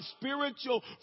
spiritual